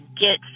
get